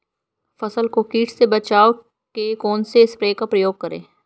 फसल को कीट से बचाव के कौनसे स्प्रे का प्रयोग करें?